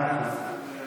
מאה אחוז.